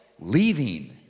leaving